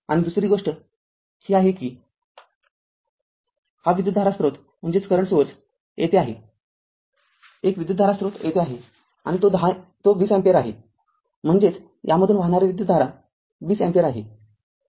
आणि दुसरी गोष्ट ही आहे की हा विद्युतधारा स्रोत येथे आहे एक विद्युतधारा स्रोत येथे आहे आणि तो २० अँपिअर आहे म्हणजेच यामधून वाहणारी विद्युतधारा २० अँपिअर आहे